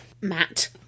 matt